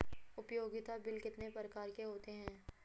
उपयोगिता बिल कितने प्रकार के होते हैं?